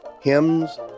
hymns